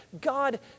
God